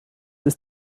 ist